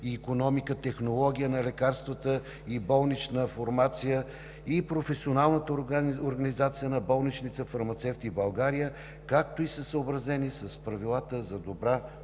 и икономика, технология на лекарствата и болнична формация и Професионалната организация на болничните фармацевти в България, както и са съобразени с Правилата за добра